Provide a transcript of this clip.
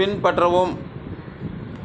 பின்பற்றவும்